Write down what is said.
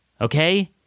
Okay